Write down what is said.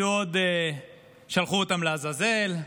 שלחו אותנו לעזאזל.